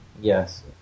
Yes